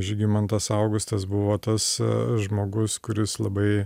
žygimantas augustas buvo tas žmogus kuris labai